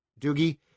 Doogie